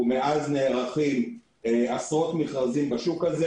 ומאז נערכים עשרות מכרזים בשוק הזה.